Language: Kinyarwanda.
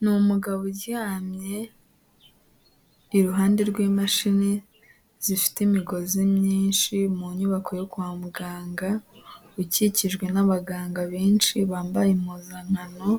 Ni umugabo uryamye iruhande rw'imashini zifite imigozi myinshi mu nyubako yo kwa muganga ukikijwe n'abaganga benshi bambaye impuzankano